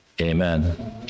Amen